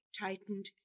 Tightened